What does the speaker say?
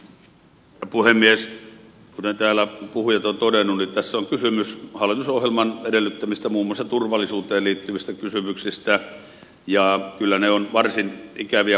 kuten täällä puhujat ovat todenneet niin tässä on kysymys hallitusohjelman edellyttämistä muun muassa turvallisuuteen liittyvistä kysymyksistä ja kyllä ne on varsin ikäviä